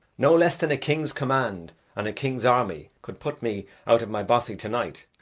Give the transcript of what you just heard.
no less than a king's command and a king's army could put me out of my bothy to-night.